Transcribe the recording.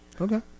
Okay